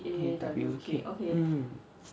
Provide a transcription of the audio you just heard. P A W K mm